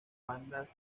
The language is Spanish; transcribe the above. bandas